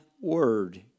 word